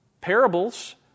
Parables